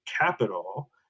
capital